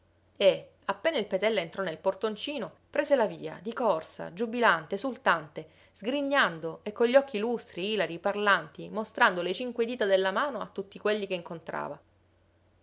e appena il petella entrò nel portoncino prese la via di corsa giubilante esultante sgrignando e con gli occhi lustri ilari parlanti mostrando le cinque dita della mano a tutti quelli che incontrava